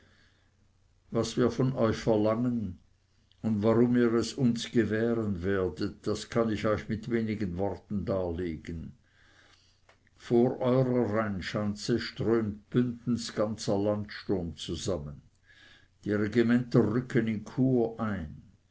was wir von euch verlangen und warum ihr es uns gewähren werdet das kann ich euch mit wenigen worten darlegen vor eurer rheinschanze strömt bündens ganzer landsturm zusammen die regimenter rücken in chur ein